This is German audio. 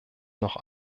noch